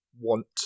want